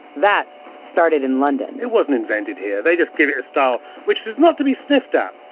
that started in london it wasn't invented here, they just gave it a style. which is not to be sniffed at!